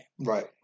Right